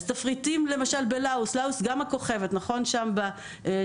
תפריטים בלאוס, גם לאוס היא כוכבת בצפון.